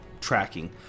tracking